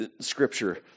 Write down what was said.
Scripture